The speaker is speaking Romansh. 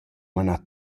manà